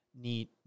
neat